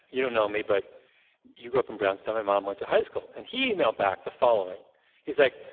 you don't know me, but you grew up in brown's town where my mom went to high school. and he emailed back the following he's like,